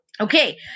Okay